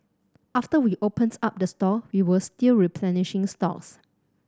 after we opens up the store we were still replenishing stocks